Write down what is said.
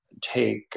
take